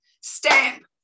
stamp